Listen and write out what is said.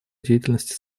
деятельности